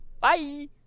Bye